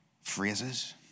phrases